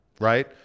Right